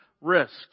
risks